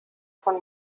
von